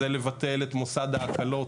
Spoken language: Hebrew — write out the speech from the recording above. זה לבטל את מוסד ההקלות,